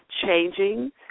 changing